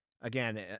again